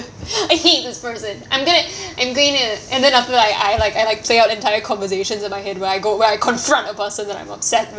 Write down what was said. I hate this person I'm gonna I'm going to and then after that I like I like play out entire conversations in my head where I go where I confront the person that I'm upset